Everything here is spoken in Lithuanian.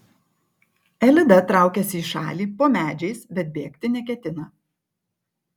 elida traukiasi į šalį po medžiais bet bėgti neketina